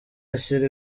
ashyira